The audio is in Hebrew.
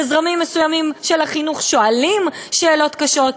בזרמים מסוימים של החינוך שואלים שאלות קשות.